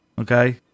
Okay